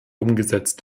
umgesetzt